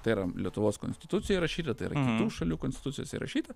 tai yra lietuvos konstitucijoj įrašyta tai yra kitų šalių konstitucijose įrašyta